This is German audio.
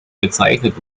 bezeichnet